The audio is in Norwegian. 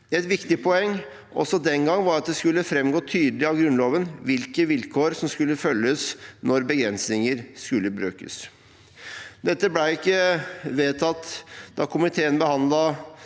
Et viktig poeng også den gang var at det skulle framgå tydelig av Grunnloven hvilke vilkår som skulle følges når begrensninger skulle brukes. Dette ble ikke vedtatt da komiteen behandlet